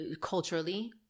culturally